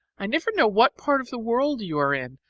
i never know what part of the world you are in,